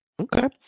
Okay